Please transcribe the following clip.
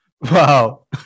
Wow